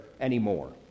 anymore